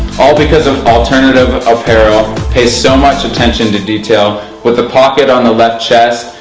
all because um alternative apparel pays so much attention to detail. with the pocket on the left chest,